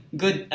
good